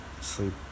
sleep